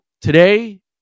today